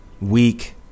weak